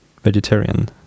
vegetarian